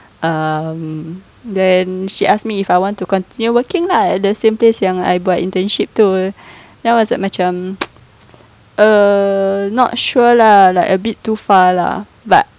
um then she ask me if I want to continue working lah at the same place yang I buat internship itu then I macam err not sure lah like a bit too far lah but